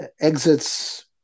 exits